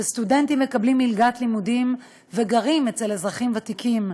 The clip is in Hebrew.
סטודנטים שמקבלים מלגת לימודים וגרים אצל אזרחים ותיקים.